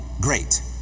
great